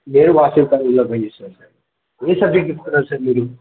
నేను వాసవి కాలేజ్లో పని చేశాను సార్ ఏ సబ్జెక్ట్ చెప్తున్నారు సార్ మీరు